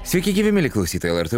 sveiki gyvi mieli klausytojai lrt